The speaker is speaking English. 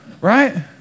Right